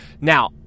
Now